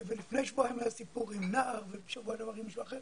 ולפני שבועיים היה סיפור עם נער ולפני כן עם מישהו אחר.